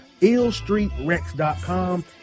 illstreetrex.com